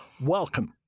Welcome